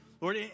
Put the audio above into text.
Lord